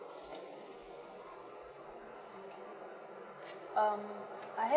um okay um I have